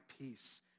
peace